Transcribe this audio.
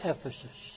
Ephesus